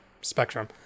spectrum